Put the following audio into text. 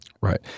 Right